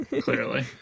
Clearly